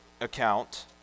account